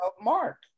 Mark